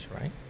right